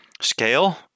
scale